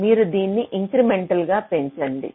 మీరు దీన్ని ఇంక్రిమెంట్ళ్ గా పెంచండి